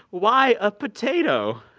why a potato?